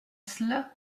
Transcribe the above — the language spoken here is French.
cela